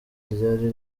ryari